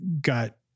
got